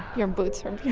your boots are yeah